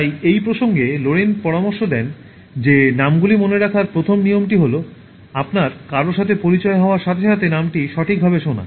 তাই এই প্রসঙ্গে লোরেইন পরামর্শ দেন যে নামগুলি মনে রাখার প্রথম নিয়মটি হল আপনার কারও সাথে পরিচয় হওয়ার সাথে সাথে নামটি সঠিকভাবে শোনা